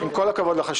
עם כל הכבוד לך,